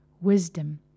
wisdom